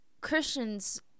Christians